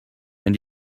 and